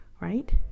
right